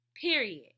Period